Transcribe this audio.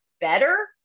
better